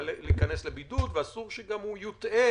להיכנס לבידוד וגם אסור שהוא יוטעה,